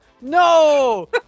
No